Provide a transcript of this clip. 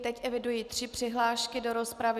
Teď eviduji tři přihlášky do rozpravy.